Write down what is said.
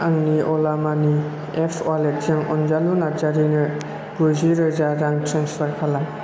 आंनि अला मानि एप वालेटजों अनजालु नार्जारिनो गुजिरोजा रां ट्रेन्सफार खालाम